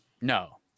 No